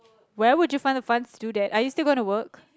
where would you find the funds to do that are you still gonna work